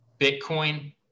Bitcoin